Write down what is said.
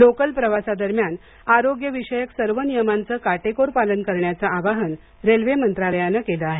local प्रवासादरम्यान आरोग्यविषयक सर्व नियमांचं काटेकोर पालन करण्याचं आवाहन रेल्वे मंत्रालयानं केलं आहे